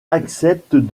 acceptent